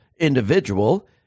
individual